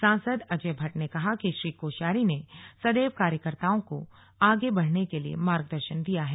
सांसद अजय भट्ट ने कहा कि श्री कोश्यारी ने सदैव कार्यकर्ताओं को आगे बढ़ने के लिये मार्गदर्शन दिया है